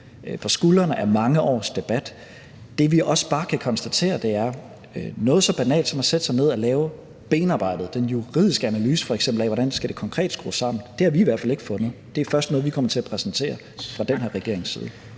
på skuldrene af mange års debat. Det, vi også bare kan konstatere, er, at noget så banalt som at sætte sig ned og lave benarbejdet – den juridiske analyse f.eks., af, hvordan det konkret skal skrues sammen – har vi i hvert fald ikke fundet noget. Det er først noget, vi kommer til at præsentere fra den her regerings side.